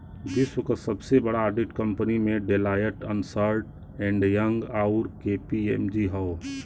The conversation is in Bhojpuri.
विश्व क सबसे बड़ा ऑडिट कंपनी में डेलॉयट, अन्सर्ट एंड यंग, आउर के.पी.एम.जी हौ